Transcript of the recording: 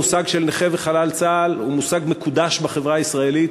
המושג של נכה צה"ל וחלל צה"ל הוא מושג מקודש בחברה הישראלית,